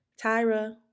Tyra